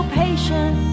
patient